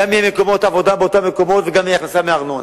גם יהיו מקומות עבודה באותם מקומות וגם תהיה הכנסה מארנונה.